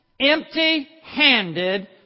empty-handed